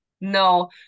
No